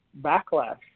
backlash